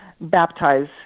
baptize